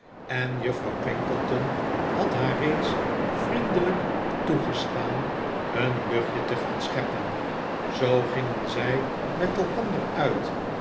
en juffrouw twinkleton had haar reeds vriendelyk toegestaan een luchtje te gaan scheppen zoo gingen zjj met elkander uit